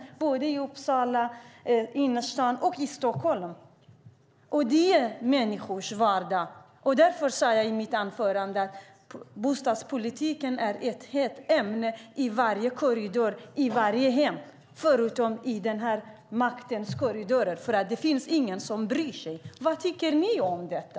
Så är det både i innerstaden i Uppsala och i Stockholm. Det är människors vardag. Därför sade jag i mitt anförande att bostadspolitiken är ett hett ämne i varje korridor och i varje hem, förutom i maktens korridorer, för där finns det ingen som bryr sig. Vad tycker ni om detta?